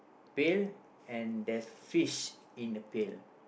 pill and there's fish in the pill